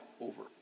over